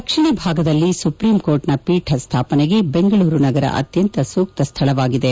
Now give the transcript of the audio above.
ದಕ್ಷಿಣ ಭಾಗದಲ್ಲಿ ಸುಪ್ರೀಂಕೋರ್ಟ್ನ ಪೀಠ ಸ್ವಾಪನೆಗೆ ಬೆಂಗಳೂರು ನಗರ ಅತ್ಯಂತ ಸೂಕ್ತ ಸ್ಥಳವಾಗಿದೆ